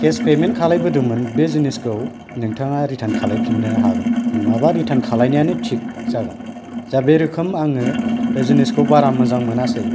case payment खालामबोदोंमोन बे जिनिसखौ नोंथाङा रिटार्न खालामफिननो हागोन नङाब्ला रिटार्न खालामनायानो थिग जागोन दा बे रोखोम आङो बे जिनिसखौ बारा मोजां मोनासै